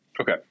Okay